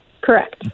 Correct